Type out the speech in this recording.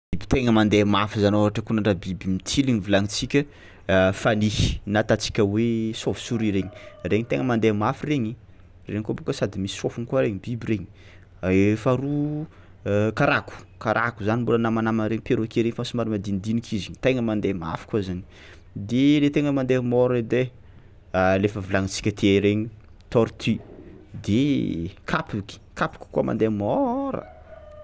Biby tegna mandeha mafy zany ôhatra koa nandraha biby mitiligny no volagnintsika fanihy na atantsika hoe chaive souris regny, regny tegna madeha mafy regny, regny koa boka sady misy sôfiny koa i biby regny, e faharoa karako karako zany mbôla namanaman'ireny perroquet regny fa somary madinidiniky izy tegna mandeha mafy koa zany de le tegna mandeha môra edy ai a le efa volagnintsika teo regny tortue de kapiky kapiky koa mandeha môra.